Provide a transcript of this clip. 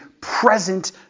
present